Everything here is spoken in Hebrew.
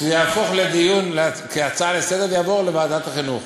שזה יהפוך להצעה לסדר-היום ויעבור לוועדת החינוך.